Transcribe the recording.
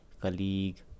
colleague